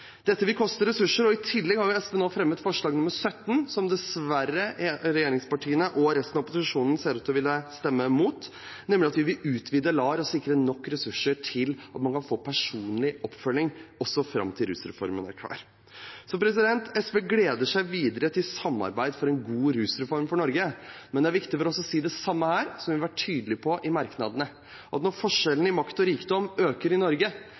Dette vil koste ressurser. I tillegg har SV nå fremmet forslag nr. 17, som dessverre regjeringspartiene og resten av opposisjonen ser ut til å ville stemme imot, om å utvide LAR og sikre nok ressurser til at man kan få personlig oppfølging, også fram til rusreformen er klar. SV gleder seg videre til samarbeid for en god rusreform for Norge, men det er viktig for oss å si det samme her som vi har vært tydelig på i merknadene, at når forskjellene i makt og rikdom øker i Norge,